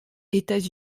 états